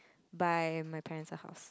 buy my parents a house